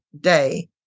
day